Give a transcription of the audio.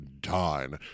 dine